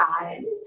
eyes